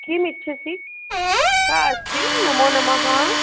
किम् इच्छसि का अस्ति नमो नमः